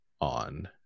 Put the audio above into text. on